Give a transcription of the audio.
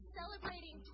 celebrating